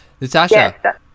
Natasha